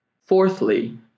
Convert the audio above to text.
Fourthly